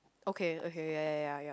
okay okay ya ya ya yup